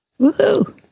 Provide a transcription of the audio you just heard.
Woohoo